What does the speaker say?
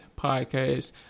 Podcast